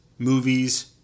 Movies